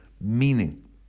meaning